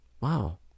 wow